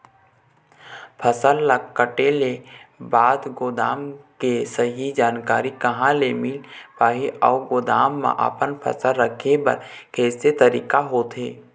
फसल ला कटेल के बाद गोदाम के सही जानकारी कहा ले मील पाही अउ गोदाम मा अपन फसल रखे बर कैसे तरीका होथे?